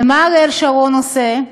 ומה אריאל שרון עושה?